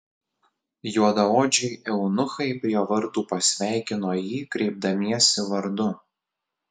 juodaodžiai eunuchai prie vartų pasveikino jį kreipdamiesi vardu